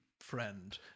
friend